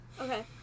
Okay